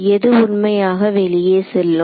எது உண்மையாக வெளியே செல்லும்